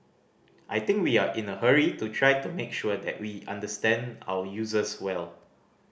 I think we are in a hurry to try to make sure that we understand our users well